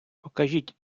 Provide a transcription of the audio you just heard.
покажіть